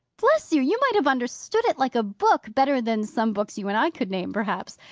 bless you, you might have understood it like a book better than some books you and i could name, perhaps.